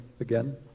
again